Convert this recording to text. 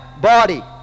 body